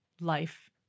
life